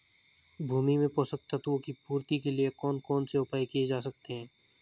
भूमि में पोषक तत्वों की पूर्ति के लिए कौन कौन से उपाय किए जा सकते हैं?